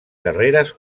carreres